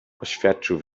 oświadczył